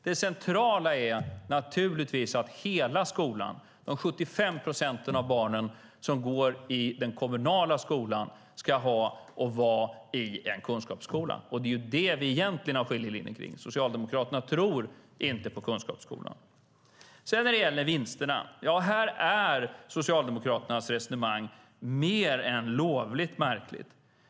Det centrala är naturligtvis att alla barn, varav 75 procent går i den kommunala skolan, ska ha och vara i en kunskapsskola. Det är där vi egentligen har skiljelinjen. Socialdemokraterna tror inte på kunskapsskolan. När det gäller vinsterna är Socialdemokraternas resonemang mer än lovligt märkligt.